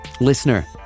listener